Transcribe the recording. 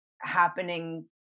happening